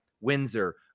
Windsor